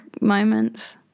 moments